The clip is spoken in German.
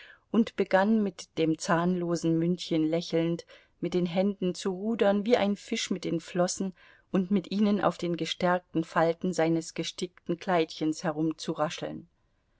und begann mit dem zahnlosen mündchen lächelnd mit den händen zu rudern wie ein fisch mit den flossen und mit ihnen auf den gestärkten falten seines gestickten kleidchens